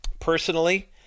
Personally